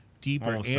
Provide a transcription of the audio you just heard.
deeper